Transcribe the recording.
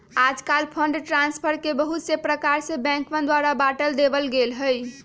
आजकल fund transfer के बहुत से प्रकार में बैंकवन द्वारा बांट देवल गैले है